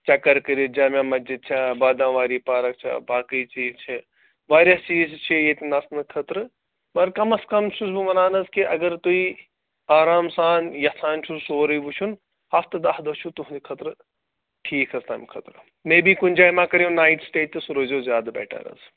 چکر کٔرِتھ جامعہ مسجد چھا بادام واری پارَک چھا باقٕے چیٖز چھِ واریاہ چیٖز چھِ ییٚتہِ نَژنہٕ خٲطرٕ مگر کَمَس کم چھُس بہٕ وَنان حظ کہِ اگر تُہۍ آرام سان یژھان چھُو سورٕے وٕچھُن ہَفتہٕ دَہ دۄہ چھُو تُہٕنٛدِ خٲطرٕ ٹھیٖک حظ تَمہِ خٲطرٕ مے بی کُنہِ جایہِ ما کٔرِو نایِٹ سِٹے تہِ سُہ روزیو زیادٕ بٮ۪ٹَر حظ